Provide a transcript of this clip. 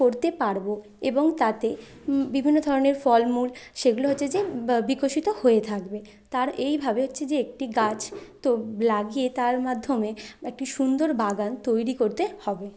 করতে পারবো এবং তাতে বিভিন্ন ধরনের ফলমূল সেগুলো হয়েছে যে বিকশিত হয়ে থাকবে তার এইভাবে হচ্ছে যে একটি গাছ তো লাগিয়ে তার মাধ্যমে একটি সুন্দর বাগান তৈরি করতে হবে